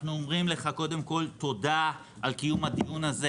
אנחנו אומרים לך קודם כל תודה על קיום הדיון הזה